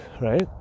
right